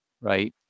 right